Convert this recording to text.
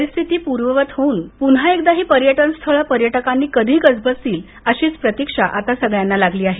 परिस्थिती सामान्य होऊन पुन्हा एकदा ही पर्यटन स्थळं पर्यटकांनी कधी गजबजतील अशीच प्रतीक्षा आता सगळ्यांना आहे